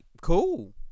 Cool